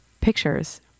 pictures